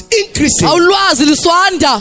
increasing